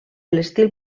l’estil